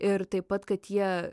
ir taip pat kad jie